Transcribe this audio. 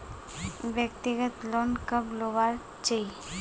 व्यक्तिगत लोन कब लुबार चही?